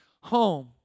home